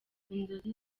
inzozi